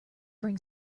bring